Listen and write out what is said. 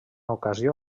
ocasió